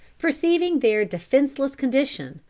perceiving their defenseless condition,